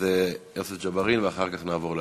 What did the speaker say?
אז יוסף ג'בארין, ואחר כך נעבור להצבעה.